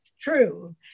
true